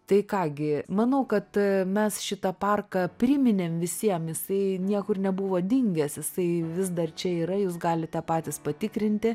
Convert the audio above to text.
tai ką gi manau kad mes šitą parką priminėm visiem jisai niekur nebuvo dingęs jisai vis dar čia yra jūs galite patys patikrinti